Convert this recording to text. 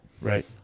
Right